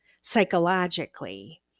psychologically